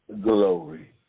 glory